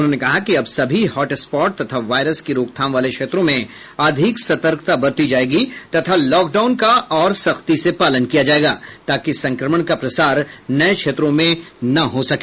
उन्होंने कहा कि अब सभी हॉट स्पॉट तथा वायरस की रोकथाम वाले क्षेत्रों में अधिक सतर्कता बरती जायेगी तथा लॉकडाउन का और सख्ती से पालन किया जायेगा ताकि संक्रमण का प्रसार नये क्षेत्रों में न हो सके